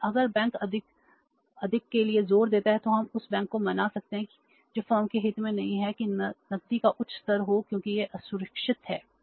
लेकिन अगर बैंक अधिक के लिए जोर देता है तो हम उस बैंक को मना सकते हैं जो फर्म के हित में नहीं है कि नकदी का उच्च स्तर हो क्योंकि यह असुरक्षित है